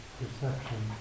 perception